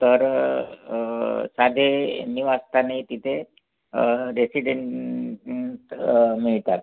तर साधे निवासस्थाने तिथे रेसिडेंट मिळतात